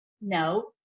No